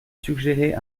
suggéré